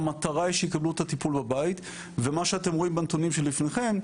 המטרה היא שיקבלו את הטיפול בבית ומה שאתם רואים בנתונים שלפניכם,